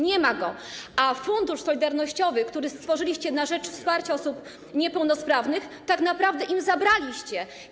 Nie ma go, a Fundusz Solidarnościowy, który stworzyliście na rzecz wsparcia osób niepełnosprawnych, tak naprawdę im zabraliście.